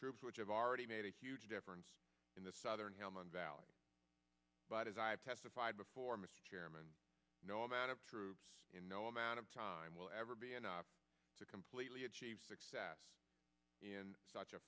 troops which have already made a huge difference in the southern helmand valley but as i've testified before mr chairman no amount of troops in no amount of time will ever be in to completely achieve success in such a